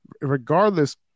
regardless